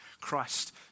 Christ